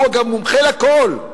הוא, אגב, מומחה לכול,